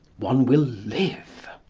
one will live.